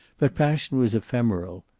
but passion was ephemeral.